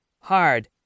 hard